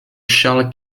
charles